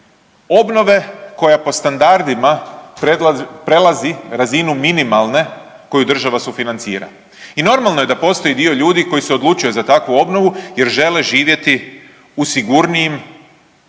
obnove koja po standardima prelazi razinu minimalne koju država sufinancira. I normalno je da postoji dio ljudi koji se odlučio za takvu obnovu jer žele živjeti u sigurnijim